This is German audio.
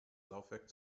laufwerk